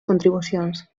contribucions